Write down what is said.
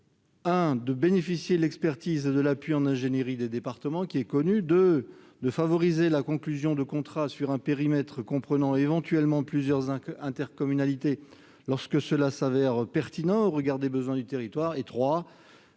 de bénéficier de l'expertise et de l'appui en ingénierie des départements. C'est également de nature à favoriser la conclusion de contrats sur un périmètre comprenant éventuellement plusieurs intercommunalités, lorsque cela s'avère pertinent au regard des besoins du territoire.